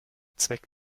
zweck